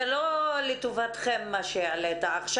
זה לא לטובתכם מה שהעלית עכשיו.